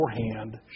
beforehand